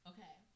Okay